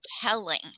telling